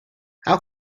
how